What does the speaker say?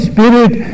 Spirit